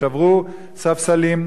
שברו ספסלים,